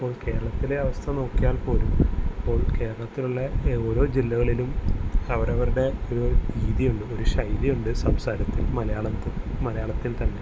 ഇപ്പോൾ കേരളത്തിലെ അവസ്ഥ നോക്കിയാൽ പോലും ഇപ്പോൾ കേരളത്തിലുള്ള ഓരോ ജില്ലകളിലും അവരവരുടെ ഒരു രീതിയുണ്ട് ഒരു ശൈലിയുണ്ട് സംസാരത്തിൽ മലയാളത്തിൽ തന്നെ